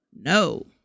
no